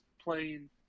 playing